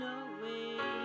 away